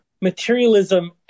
materialism